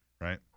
right